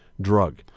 drug